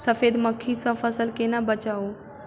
सफेद मक्खी सँ फसल केना बचाऊ?